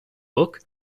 book